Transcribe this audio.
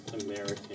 American